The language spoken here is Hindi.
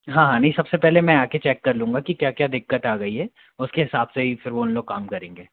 हाँ हाँ नहीं सबसे पहले मैं आकर चेक कर लूँगा की क्या क्या दिक्कत आ गई है उसके हिसाब से ही फिर वो उन लोग काम करेंगे